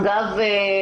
אגב,